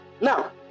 Now